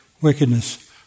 wickedness